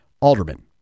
alderman